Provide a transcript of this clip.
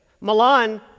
Milan